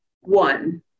one